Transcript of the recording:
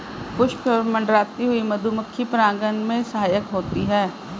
पुष्प पर मंडराती हुई मधुमक्खी परागन में सहायक होती है